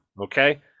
okay